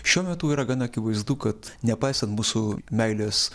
šiuo metu yra gana akivaizdu kad nepaisant mūsų meilės